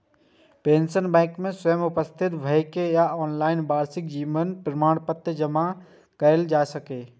pensioner bank मे स्वयं उपस्थित भए के या ऑनलाइन वार्षिक जीवन प्रमाण पत्र जमा कैर सकैए